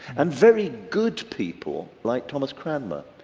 and very good people, like thomas cranmer,